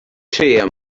trên